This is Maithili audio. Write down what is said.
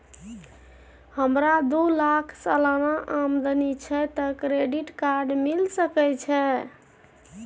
हमरा दू लाख सालाना आमदनी छै त क्रेडिट कार्ड मिल सके छै?